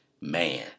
Man